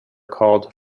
called